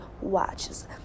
watches